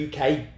UK